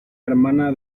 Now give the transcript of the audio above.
hermana